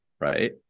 Right